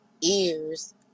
ears